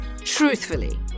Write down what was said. Truthfully